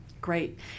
Great